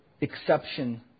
exception